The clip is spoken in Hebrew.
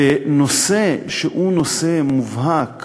בנושא שהוא נושא מובהק